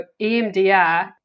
EMDR